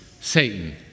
Satan